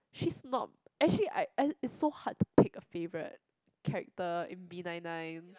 she's not actually I I it's so hard to pick a favourite character in B nine nine